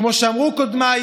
כמו שאמרו קודמיי,